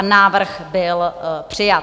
Návrh byl přijat.